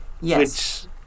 Yes